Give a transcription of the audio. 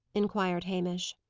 inquired hamish.